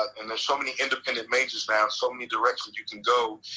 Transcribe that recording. and there's so many independent majors now, so many direction you can go.